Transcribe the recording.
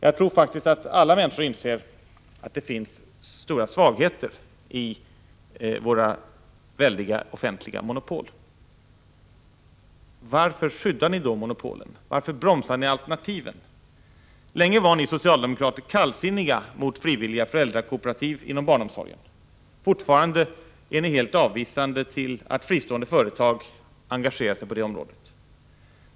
Jag tror faktiskt att alla människor inser att det finns stora svagheter i våra väldiga offentliga monopol. Men varför skyddar ni då monopolen? Varför bromsar ni alternativen? Länge var ni socialdemokrater kallsinniga mot frivilliga föräldrakooperativ inom barnomsorgen. Fortfarande är ni helt avvisande till att fristående företag engagerar sig på det området.